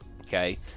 okay